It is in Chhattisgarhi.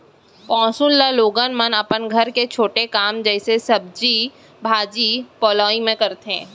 पौंसुल ल लोगन मन अपन घर के छोटे काम जइसे सब्जी भाजी पउलई म करथे